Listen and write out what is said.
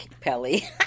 Pelly